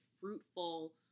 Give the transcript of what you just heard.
fruitful